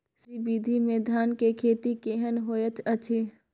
श्री विधी में धान के खेती केहन होयत अछि?